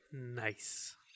Nice